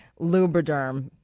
Lubriderm